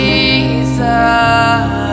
Jesus